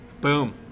Boom